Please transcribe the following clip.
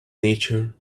nature